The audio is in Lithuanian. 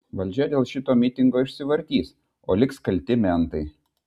valdžia dėl šito mitingo išsivartys o liks kalti mentai